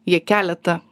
jie keletą